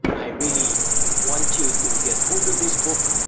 i really want you to get hold of this book.